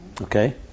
Okay